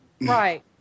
Right